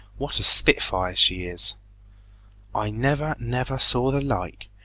what a spitfire she is i never, never saw the like.